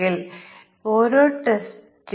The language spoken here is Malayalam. അപ്പോൾ ഇതിനുള്ള തുല്യതാ ക്ലാസുകൾ എന്തായിരിക്കും